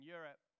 Europe